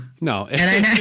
No